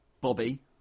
Bobby